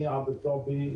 שמי עבד זועבי,